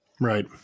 right